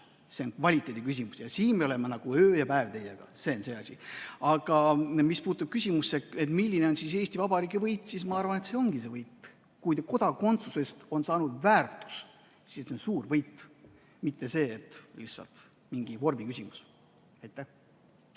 See on kvaliteedi küsimus ja siin me oleme nagu öö ja päev teiega – see on see asi. Aga mis puutub küsimusse, milline on Eesti Vabariigi võit, siis ma arvan, et see ongi see võit. Kui kodakondsusest on saanud väärtus, siis see on suur võit, see pole lihtsalt mingi vormi küsimus. Eduard